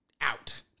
out